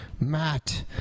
Matt